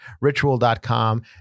Ritual.com